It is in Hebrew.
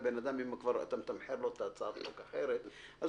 אם אתה כבר מתמחר לאדם אחרת בעקבות הצעת